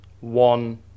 one